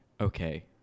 okay